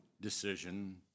decision